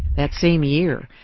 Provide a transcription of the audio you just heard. that same year,